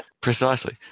precisely